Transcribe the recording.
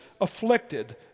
afflicted